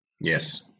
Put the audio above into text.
Yes